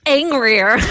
angrier